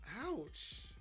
Ouch